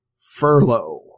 Furlough